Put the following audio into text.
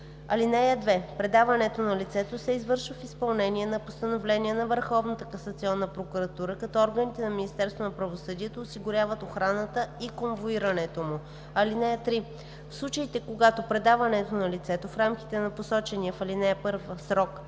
чл. 1. (2) Предаването на лицето се извършва в изпълнение на постановление на Върховната касационна прокуратура, като органите на Министерството на правосъдието осигуряват охраната и конвоирането му. (3) В случаите, когато предаването на лицето в рамките на посочения в ал. 1 срок